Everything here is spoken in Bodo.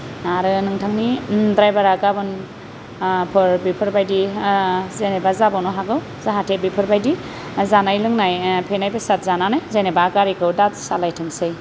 आरो नोंथांनि द्रायभारा गाबोन बेफोरबायदि जेनेबा जाबावनो हागौ जाहाथे बेफोरबायदि जानाय लोंनाय फेनाय बेसाद जानानै जेनेबा गारिखौ दा सालायथोंसै